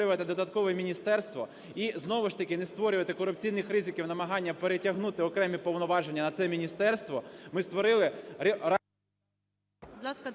додаткове міністерство і знову ж таки не створювати корупційних ризиків намагання перетягнути окремі повноваження на це міністерство, ми створили…